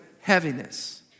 heaviness